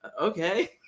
okay